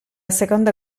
seconda